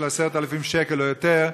של 10,000 שקלים או יותר,